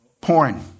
Porn